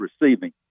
receiving